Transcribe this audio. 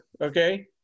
okay